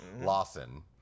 Lawson